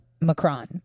Macron